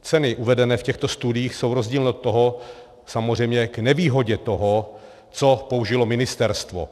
Ceny uvedené v těchto studiích, jsou rozdílné, samozřejmě k nevýhodě toho, co použilo ministerstvo.